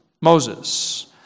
Moses